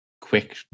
quick